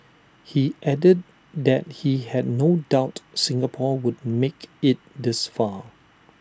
he added that he had no doubt Singapore would make IT this far